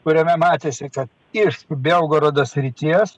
kuriame matėsi kad iš belgorodo srities